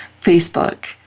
Facebook